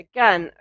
Again